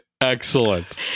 excellent